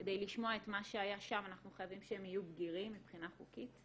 כדי לשמוע את מה שהיה שם אנחנו חייבים שהם יהיו בגירים מבחינה חוקית.